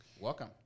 Welcome